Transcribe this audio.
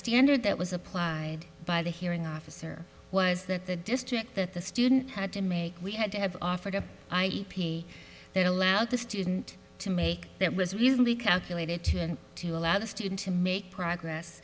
standard that was applied by the hearing officer was that the district that the student had to make we had to have offered up that allowed the student to make that was really calculated to allow the student to make progress